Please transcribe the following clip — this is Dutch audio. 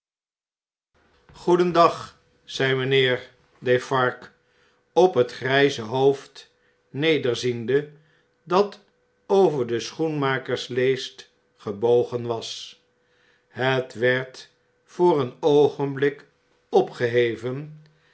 goedendag zei mjjnheer defarge op het grijze hoofd nederziende dat over de schoenmakersleest gebogen was het werd voor een oogenblik opgeheven